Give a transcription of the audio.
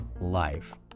life